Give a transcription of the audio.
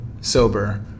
sober